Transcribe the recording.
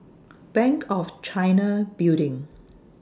Bank of China Building